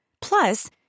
Plus